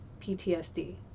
ptsd